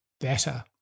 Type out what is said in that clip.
better